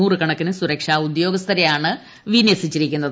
നൂറു കണക്കിന് സുരക്ഷാ ഉദ്യോഗസ്ഥരെയാണ് വിന്യസിച്ചിരിക്കുന്നത്